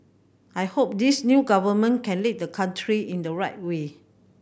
I hope this new government can lead the country in the right way